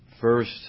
first